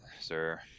sir